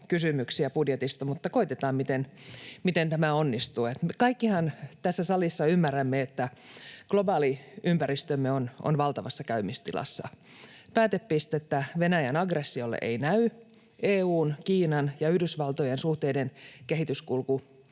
kysymyksiä budjetista. Mutta koetetaan, miten tämä onnistuu. Kaikkihan tässä salissa ymmärrämme, että globaali ympäristömme on valtavassa käymistilassa. Päätepistettä Venäjän aggressiolle ei näy. EU:n, Kiinan ja Yhdysvaltojen suhteiden kehityskulku